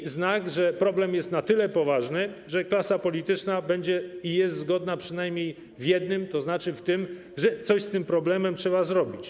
To znak, że problem jest na tyle poważny, że klasa polityczna jest i będzie zgodna przynajmniej w jednym, tzn. w tym, że coś z tym problemem trzeba zrobić.